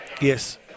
Yes